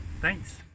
Thanks